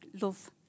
love